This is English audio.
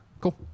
Cool